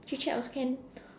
chit chat also can